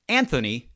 anthony